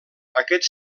aquests